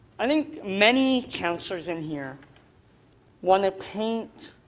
i think many councillors in here want to paint,